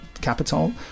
Capitol